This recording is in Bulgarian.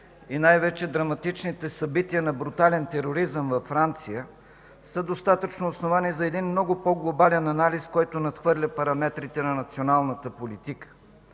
и най-вече драматичните събития на брутален тероризъм във Франция са достатъчно основание за един много по-глобален анализ, който надхвърля параметрите на националната политика.